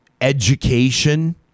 education